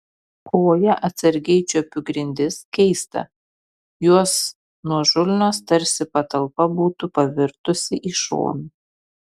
koja atsargiai čiuopiu grindis keista jos nuožulnios tarsi patalpa būtų pavirtusi į šoną